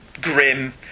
grim